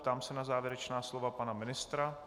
Ptám se na závěrečná slova pana ministra.